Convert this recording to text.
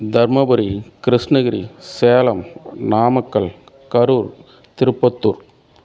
Dharmapuri Krishnagiri Salem Namakkal Karur Tirupattur